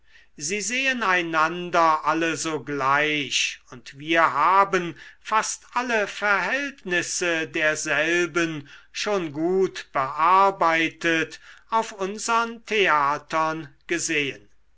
sie sehen einander alle so gleich und wir haben fast alle verhältnisse derselben schon gut bearbeitet auf unsern theatern gesehen